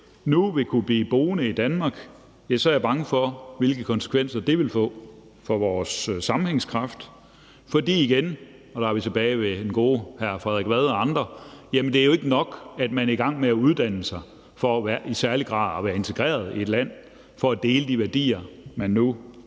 nu vil kunne blive boende i Danmark, så er jeg bange for, hvilke konsekvenser det vil få for vores sammenhængskraft. For igen vil jeg sige – og der er vi tilbage ved den gode hr. Frederik Vad og andre – at det jo ikke er nok, at man er i gang med at uddanne sig for i særlig grad at være integreret i et land og for at dele de værdier, der nu er